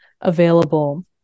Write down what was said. available